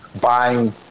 buying